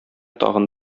тагын